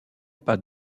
pas